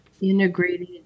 integrated